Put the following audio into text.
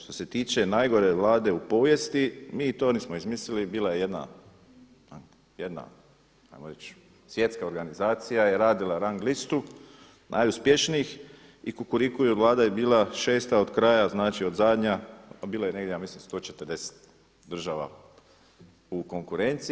Što se tiče najgore Vlade u povijesti, mi to nismo izmislili, bila je jedna, jedna ajmo reći svjetska organizacija i radila je rang listu najuspješnijih i kukuriku Vlada je bila 6. od kraja, znači od zadnja, bila je negdje ja mislim 140 država u konukurenciji.